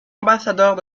ambassadeurs